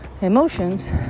emotions